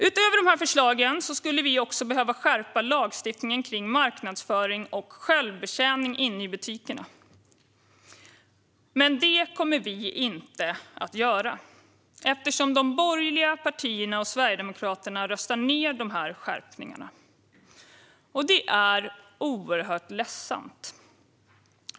Utöver dessa förslag skulle vi också behöva skärpa lagstiftningen om marknadsföring och självbetjäning inne i butikerna. Det kommer vi dock inte att göra eftersom de borgerliga partierna och Sverigedemokraterna röstar ned dessa skärpningar. Det är oerhört ledsamt.